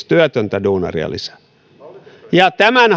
työtöntä duunaria lisää ja tämän